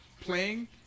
playing